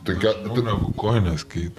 tai kad būna kojinės kaip